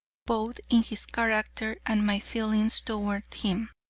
both in his character and my feelings toward him.